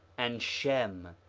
and shem,